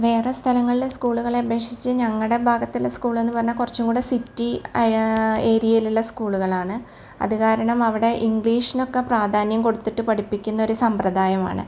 വേറെ സ്ഥലങ്ങളിലെ സ്കൂളുകളെ അപേക്ഷിച്ച് ഞങ്ങളുടെ ഭാഗത്തുള്ള സ്കൂളെന്ന് പറഞ്ഞാൽ കുറച്ചും കൂടെ സിറ്റി ആയാ ഏരിയേലുള്ള സ്കൂളുകളാണ് അതു കാരണം അവിടെ ഇംഗ്ലീഷിനൊക്കെ പ്രാധാന്യം കൊടുത്തിട്ട് പഠിപ്പിക്കുന്ന ഒരു സമ്പ്രദായമാണ്